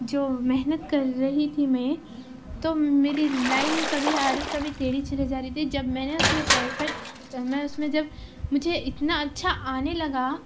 جو محنت کر رہی تھی میں تو میری لائن کبھی آڑی کبھی تیڑھی چلے جا رہی تھی جب میں نے اُس میں پرفیکٹ میں اُس میں جب مجھے اتنا اچھّا آنے لگا